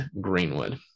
Greenwood